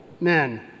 men